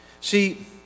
See